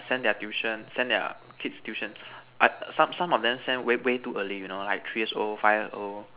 send their tuition send their kids tuition I some some of them send way too early you know three years old five years old